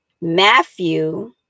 matthew